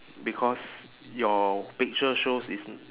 because your picture shows it's n~